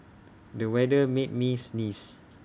the weather made me sneeze